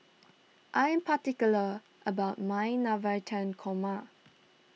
I am particular about my Navratan Korma